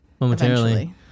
Momentarily